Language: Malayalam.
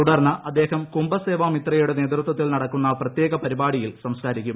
തുടർന്ന് അദ്ദേഹം കുംഭസേവ മിത്രയുടെ നേതൃത്വത്തിൽ നടക്കുന്ന പ്രത്യേക പരിപാടിയിൽ സംസാരിക്കും